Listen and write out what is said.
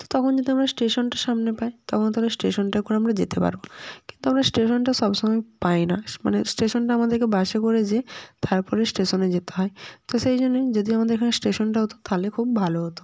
তো তখন যদি আমরা স্টেশনটা সামনে পাই তখন তাহলে স্টেশনটা করে আমরা যেতে পারব কিন্তু আমরা স্টেশনটা সব সময় পাই না মানে স্টেশনটা আমাদেকে বাসে করে যেয়ে তারপরে স্টেশনে যেতে হয় তো সেই জন্যই যদি আমাদের এখানে স্টেশনটা হতো তাহলে খুব ভালো হতো